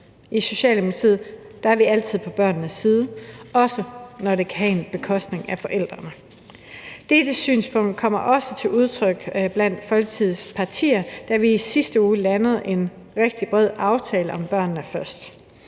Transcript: I Socialdemokratiet er vi altid på børnenes side, også når det kan være på bekostning af forældrene. Dette synspunkt kom også til udtryk blandt Folketingets partier, da vi i sidste uge landede en rigtig bred aftale, nemlig »Børnene Først«,